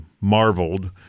marveled